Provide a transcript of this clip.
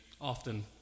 often